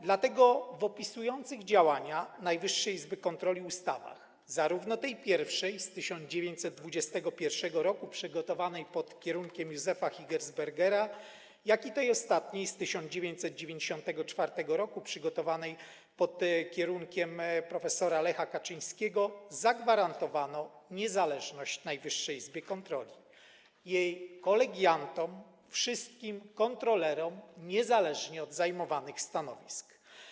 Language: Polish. Dlatego w opisujących działania Najwyższej Izby Kontroli ustawach zarówno tej pierwszej, z 1921 r., przygotowanej pod kierunkiem Józefa Higersbergera, jak i tej ostatniej, z 1994 r., przygotowanej pod kierunkiem prof. Lecha Kaczyńskiego zagwarantowano niezależność Najwyższej Izbie Kontroli, jej kolegiantom, wszystkim kontrolerom niezależnie od zajmowanych stanowisk.